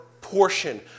portion